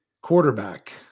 quarterback